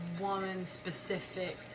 woman-specific